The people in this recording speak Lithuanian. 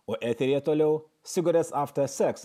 o eteryje toliau cigarettes after sex